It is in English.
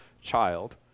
child